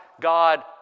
God